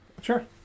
Sure